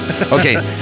Okay